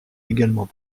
également